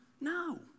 No